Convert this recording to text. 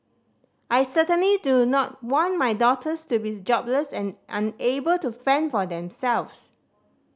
I certainly do not want my daughters to be jobless and unable to fend for themselves